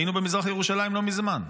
היינו במזרח ירושלים לא מזמן,